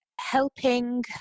helping